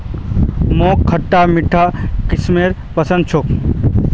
मोक खटता मीठा किशमिश पसंद छोक